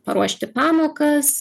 paruošti pamokas